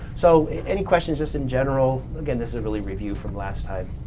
so, any questions just in general? again, this is really review from last time.